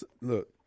look